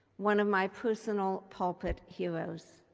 one of my personal pulpit heroes.